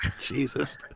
Jesus